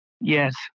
Yes